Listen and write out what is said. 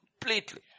completely